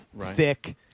Thick